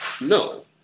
no